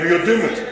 הם יודעים את זה.